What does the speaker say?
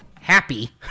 happy